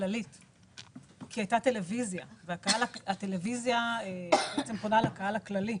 הכללית כי הייתה טלוויזיה שפונה לקהל הכללי.